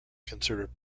considered